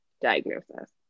diagnosis